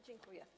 Dziękuję.